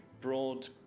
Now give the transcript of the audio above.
broad